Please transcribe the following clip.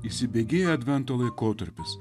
įsibėgėja advento laikotarpis